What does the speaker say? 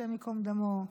השם ייקום דמו,